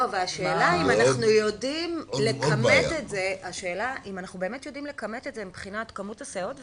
והשאלה היא אם אנחנו יודעים לכמת את זה מבחינת כמות הסייעות ותקציב.